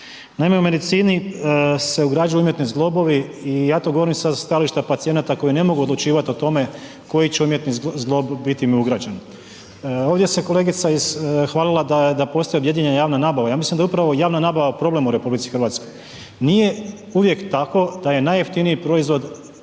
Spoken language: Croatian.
Naime, u medicini se ugrađuju umjetni zglobovi i ja to govorim sa stajališta pacijenata koji ne mogu odlučivati o tome koji će im umjetni zglob biti ugrađen. Ovdje se kolegica hvalila da postoji objedinjena javna nabava, ja mislim da je upravo javna nabava problem u RH. Nije uvijek tako da je najjeftiniji proizvod u konačnici